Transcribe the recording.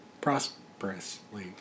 prosperously